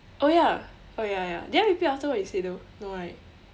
oh ya oh ya ya did I repeat after what you said though no right